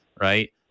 right